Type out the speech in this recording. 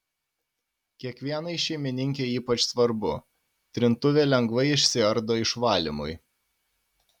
kiekvienai šeimininkei ypač svarbu trintuvė lengvai išsiardo išvalymui